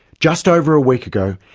just over a week ago,